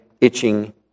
itching